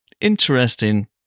Interesting